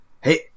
hey